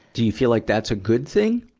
do you feel like that's a good thing?